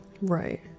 Right